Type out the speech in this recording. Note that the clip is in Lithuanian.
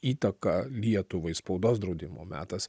įtaką lietuvai spaudos draudimo metas